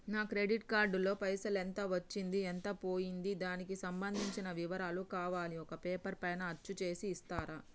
నా credit card లో పైసలు ఎంత వచ్చింది ఎంత పోయింది దానికి సంబంధించిన వివరాలు కావాలి ఒక పేపర్ పైన అచ్చు చేసి ఇస్తరా?